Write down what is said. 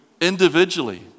Individually